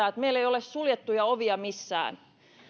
että meillä ei ole suljettuja ovia missään